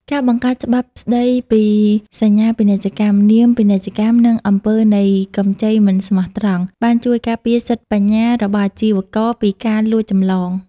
ការបង្កើតច្បាប់ស្ដីពីសញ្ញាពាណិជ្ជកម្ម នាមពាណិជ្ជកម្ម និងអំពើនៃកម្ចីមិនស្មោះត្រង់ បានជួយការពារសិទ្ធិបញ្ញារបស់អាជីវករពីការលួចចម្លង។